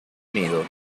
unido